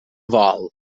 vol